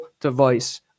device